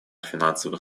финансовых